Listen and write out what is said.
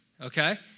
okay